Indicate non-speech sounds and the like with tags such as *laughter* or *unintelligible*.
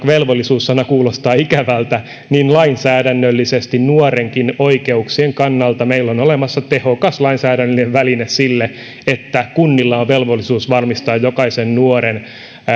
*unintelligible* velvollisuus sana kuulostaa ikävältä niin lainsäädännöllisesti nuorenkin oikeuksien kannalta meillä on olemassa tehokas lainsäädännöllinen väline sille että kunnilla on velvollisuus varmistaa jokaisen nuoren